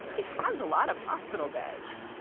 it has a lot of hospital beds.